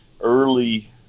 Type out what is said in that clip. early